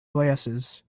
glasses